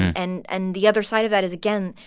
and and the other side of that is, again,